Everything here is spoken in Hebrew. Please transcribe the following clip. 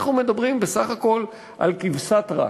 אנחנו מדברים בסך הכול על כבשת הרש,